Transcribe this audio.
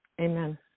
amen